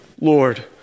Lord